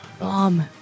mom